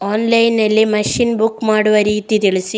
Online ನಲ್ಲಿ machine book ಮಾಡುವ ರೀತಿ ತಿಳಿಸಿ?